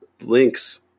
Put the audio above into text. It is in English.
links